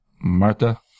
Martha